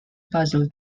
puzzle